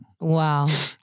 Wow